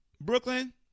Brooklyn